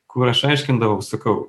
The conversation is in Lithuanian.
kur aš aiškindavau sakau